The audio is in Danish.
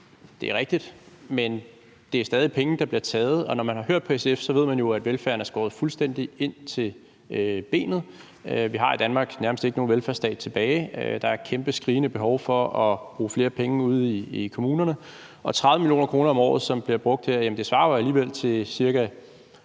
det er rigtigt, men det er stadig penge, der bliver taget. Og når man har hørt på SF, ved man jo, at velfærden er skåret fuldstændig ind til benet. Vi har i Danmark nærmest ikke nogen velfærdsstat tilbage. Der er et kæmpe, skrigende behov for at bruge flere penge ude i kommunerne, og de 30 mio. kr. om året, som bliver brugt her, svarer jo alligevel til vel